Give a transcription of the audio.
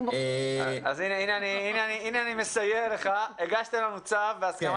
אנחנו הולכים עם הצו.